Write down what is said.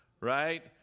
right